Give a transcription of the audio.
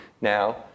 now